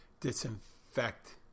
disinfect